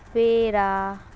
پیڑا